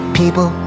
people